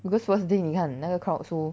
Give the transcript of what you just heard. because first day 你看那个 crowd so